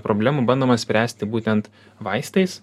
problemų bandoma spręsti būtent vaistais